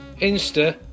Insta